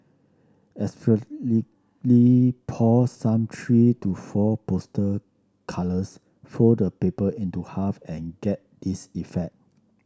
essentially pour some three to four poster colours fold the paper into half and get this effect